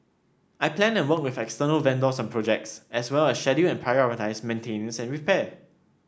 I plan and work with external vendors on projects as well as schedule and prioritise maintenance and repair